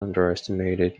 underestimated